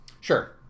Sure